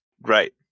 Right